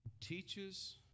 teaches